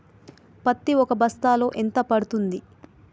పత్తి ఒక బస్తాలో ఎంత పడ్తుంది?